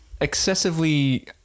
excessively